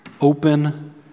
open